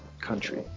country